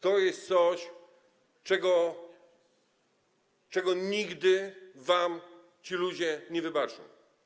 To jest coś, czego nigdy wam ci ludzie nie wybaczą.